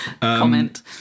comment